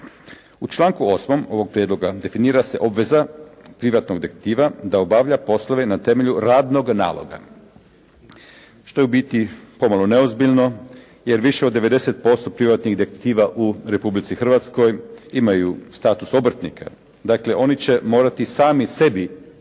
U članku 8. ovog prijedloga definira se obveza privatnog detektiva da obavlja poslove na temelju radnog naloga što je u biti pomalo neozbiljno, jer više od 90% privatnih detektiva u Republici Hrvatskoj imaju status obrtnika. Dakle, oni će morati sami sebi pisati